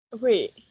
Wait